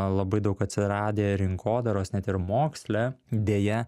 labai daug atsiradę rinkodaros net ir moksle deja